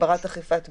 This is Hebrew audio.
הגברת אכיפת בידוד,